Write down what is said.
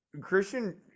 Christian